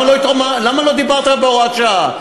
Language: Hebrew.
למה לא דיברת בהוראת שעה?